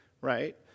right